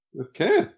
Okay